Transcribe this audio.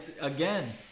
Again